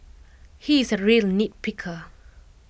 he is A real nitpicker